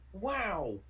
Wow